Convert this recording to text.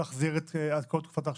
להחזיר את התשלום בעד כל תקופת ההכשרה?